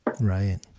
right